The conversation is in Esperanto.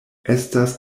estas